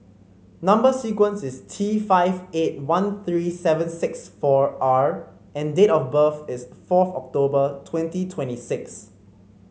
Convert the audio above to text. number sequence is T five eight one three seven six four R and date of birth is fourth October twenty twenty six